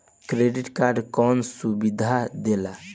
Credit card कौन सुबिधा देला?